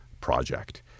project